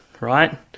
right